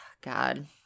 God